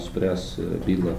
spręs bylą